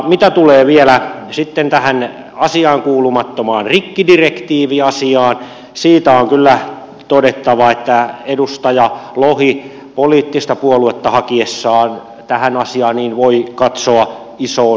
mitä tulee vielä tähän asiaankuulumattomaan rikkidirektiiviasiaan siitä on kyllä todettava että edustaja lohi hakiessaan tähän asiaan poliittista puoluetta voi katsoa isoon peiliin